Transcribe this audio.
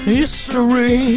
history